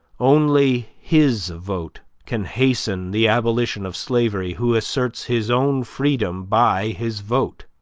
only his vote can hasten the abolition of slavery who asserts his own freedom by his vote.